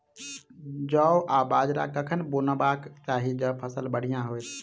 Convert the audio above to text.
जौ आ बाजरा कखन बुनबाक चाहि जँ फसल बढ़िया होइत?